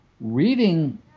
reading